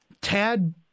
tad